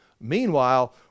Meanwhile